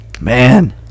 man